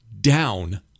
down